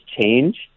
change